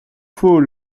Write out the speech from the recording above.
faux